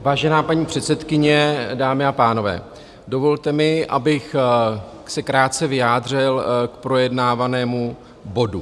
Vážená paní předsedkyně, dámy a pánové, dovolte mi, abych se krátce vyjádřil k projednávanému bodu.